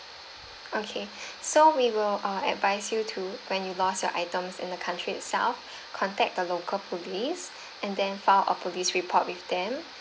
okay so we will uh advise you to when you lost your items in the country itself contact the local police and then file a police report with them